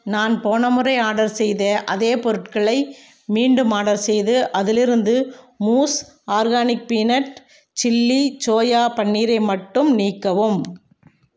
நான் போன முறை ஆர்டர் செய்த அதே பொருட்களை மீண்டும் ஆர்டர் செய்து அதிலிருந்து மூஸ் ஆர்கானிக் பீநட் சில்லி சோயா பன்னீரை மட்டும் நீக்கவும்